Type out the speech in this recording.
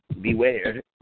beware